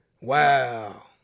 Wow